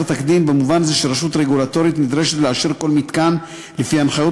תקדים במובן זה שרשות רגולטורית נדרשת לאשר כל מתקן לפי הנחיות